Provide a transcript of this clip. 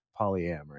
polyamory